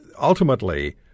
ultimately